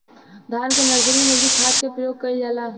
धान के नर्सरी में भी खाद के प्रयोग कइल जाला?